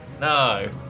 No